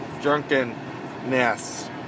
drunkenness